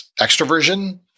extroversion